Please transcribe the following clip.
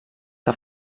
que